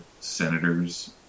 senators